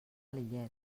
lillet